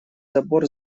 забор